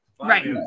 right